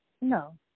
No